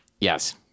Yes